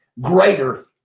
greater